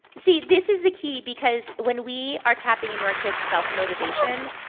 see. this is the key because when we are tapping into our kids' self-motivation,